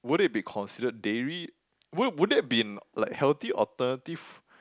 would it be considered dairy would would that be in like healthy alternative